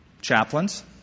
Chaplains